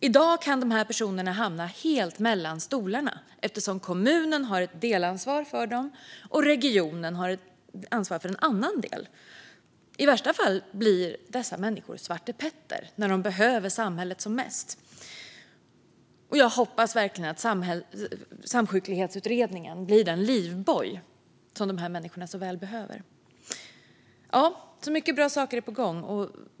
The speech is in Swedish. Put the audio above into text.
I dag kan dessa personer hamna helt mellan stolarna eftersom kommunen har ett delansvar för dem och regionen har ansvar för en annan del. I vissa fall blir dessa människor svartepetter när de behöver samhället som mest. Jag hoppas verkligen att Samsjuklighetsutredningen blir den livboj som dessa människor så väl behöver. Mycket bra saker är alltså på gång.